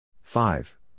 Five